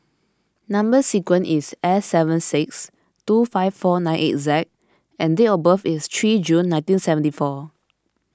Number Sequence is S seven six two five four nine eight Z and date of birth is three June nineteen seventy four